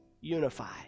unify